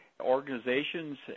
organizations